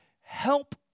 Help